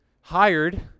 hired